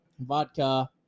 vodka